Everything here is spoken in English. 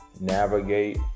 navigate